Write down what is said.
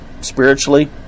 spiritually